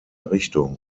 richtung